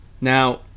Now